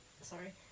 sorry